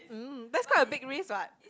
mm that's quite a big risk what